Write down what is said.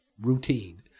routine